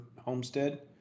Homestead